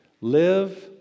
Live